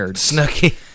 Snooky